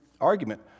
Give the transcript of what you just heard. argument